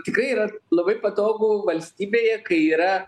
tikrai yra labai patogu valstybėje kai yra